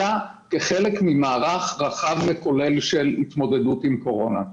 אלא רק כחלק ממערך רחב וכולל של התמודדות עם קורונה.